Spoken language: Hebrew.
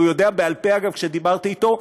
הוא יודע בעל-פה, אגב, כשדיברתי אתו,